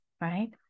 right